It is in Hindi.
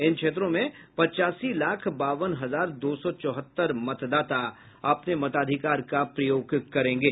इन क्षेत्रों में पच्चासी लाख बावन हजार दो सौ चौहत्तर मतदाता अपने मताधिकार का प्रयोग करेंगे